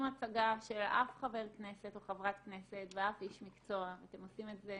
הצגה של אף חבר או חברת כנסת ואף איש מקצוע ואתם עושים את זה